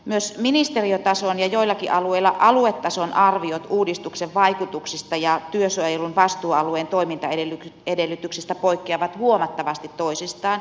myös ministeriötason ja joillakin alueilla aluetason arviot uudistuksen vaikutuksista ja työsuojelun vastuualueen toimintaedellytyksistä poikkeavat huomattavasti toisistaan